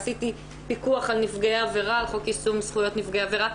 עשיתי פיקוח על חוק יישום זכויות נפגעי עבירה,